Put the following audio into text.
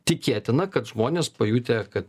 tikėtina kad žmonės pajutę kad